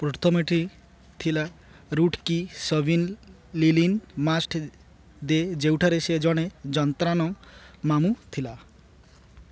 ପ୍ରଥମଟି ଥିଲା ରୁଟ୍ କି ସଭିନୀ ଲିନିନ୍ ମାଷ୍ଟ ଦେ ଯେଉଁଠାରେ ସେ ଜଣେ ଯନ୍ତ୍ରଣା ମାମୁଁ ଥିଲା